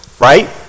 right